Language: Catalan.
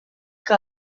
que